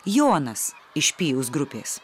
jonas iš pijaus grupės